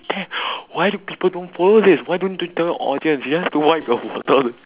damn why do people don't follow this why don't twitter audience you have to wipe your water